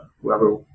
Whoever